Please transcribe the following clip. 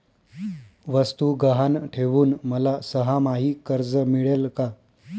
वस्तू गहाण ठेवून मला सहामाही कर्ज मिळेल का?